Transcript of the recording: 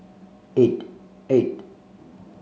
eight eight